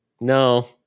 No